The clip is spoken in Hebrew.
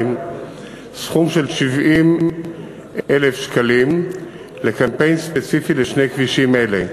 סכום של 70,000 שקלים לקמפיין ספציפי לשני כבישים אלה.